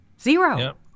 Zero